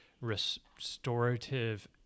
Restorative